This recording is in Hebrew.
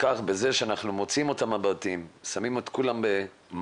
וכך בזה שאנחנו מוציאים אותם מהבתים ושמים את כולם במלון,